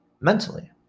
mentally